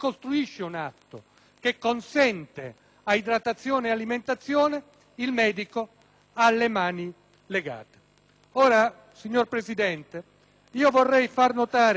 che consente idratazione e alimentazione, il medico ha le mani legate. Signor Presidente, vorrei far notare anche ai colleghi